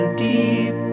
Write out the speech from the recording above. deep